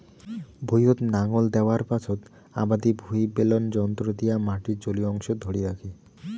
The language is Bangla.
ভুঁইয়ত নাঙল দ্যাওয়ার পাচোত আবাদি ভুঁই বেলন যন্ত্র দিয়া মাটির জলীয় অংশক ধরি রাখে